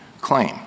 claim